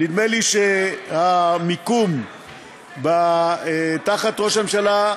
נדמה לי שהמיקום תחת ראש הממשלה,